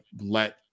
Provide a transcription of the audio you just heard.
let